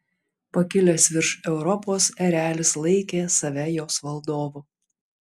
pakilęs virš europos erelis laikė save jos valdovu